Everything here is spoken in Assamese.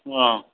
অঁ